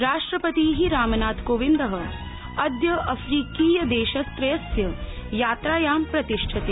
राष्ट्रपतिः रामनाथकोविंदः अद्य अफ्रीकायदेशत्रयस्य यात्रायां प्रतिष्ठते